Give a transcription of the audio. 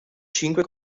cinque